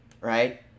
right